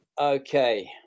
Okay